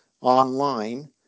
online